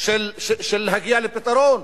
להגיע לפתרון.